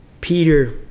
Peter